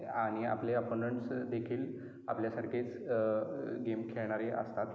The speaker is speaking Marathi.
आणि आपले अपोनंट्सदेखील आपल्यासारखेच गेम खेळणारे असतात